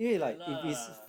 会啦